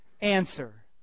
answer